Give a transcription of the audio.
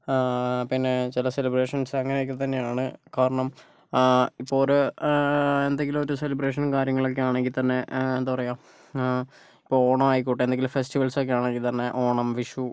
പിന്നെ ചില സെലിബ്രേഷൻസ് അങ്ങനെയൊക്കെ തന്നെയാണ് കാരണം ഇപ്പോൾ ഒരു എന്തെങ്കിലും ഒരു സെലിബ്രേഷൻ കാര്യങ്ങളും ഒക്കെ ആണെങ്കിൽ തന്നെ എന്താ പറയുക ഇപ്പോൾ ഓണം ആയിക്കോട്ടെ എന്തെങ്കിലും ഫെസ്റ്റിവൽസൊക്കെ ആണെങ്കിൽ തന്നെ ഇപ്പോൾ ഓണം വിഷു